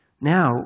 Now